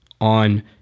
on